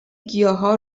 گیاها